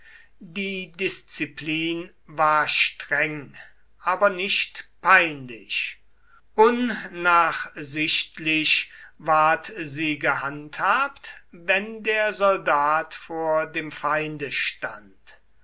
die disziplin war streng aber nicht peinlich unnachsichtlich ward sie gehandhabt wenn der soldat vor dem feinde stand